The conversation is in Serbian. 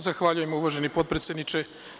Zahvaljujem, uvaženi potpredsedniče.